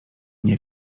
nie